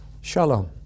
Shalom